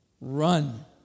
run